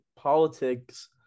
politics